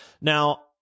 Now